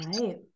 right